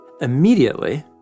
immediately